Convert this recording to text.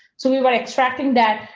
so we were like tracking that.